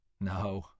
No